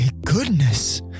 goodness